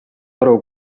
aru